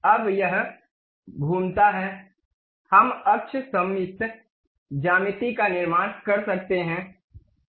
अब यह घूमता है हम अक्ष सममित ज्यामिति का निर्माण कर सकते हैं